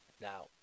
Now